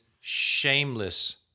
shameless